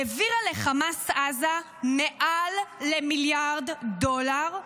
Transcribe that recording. העבירה לחמאס-עזה מעל למיליארד דולר,